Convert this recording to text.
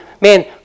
man